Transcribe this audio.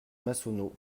massonneau